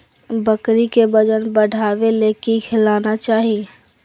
बकरी के वजन बढ़ावे ले की खिलाना चाही?